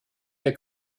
der